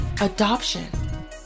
adoption